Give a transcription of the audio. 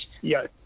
Yes